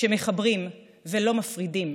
שמחברים ולא מפרידים,